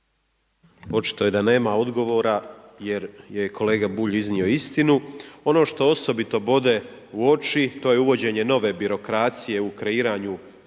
Očito je da nema odgovora jer je kolega Bulj iznio istinu. Ono što osobito bode u oči to je uvođenje nove birokracije u kreiranju